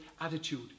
attitude